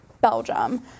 belgium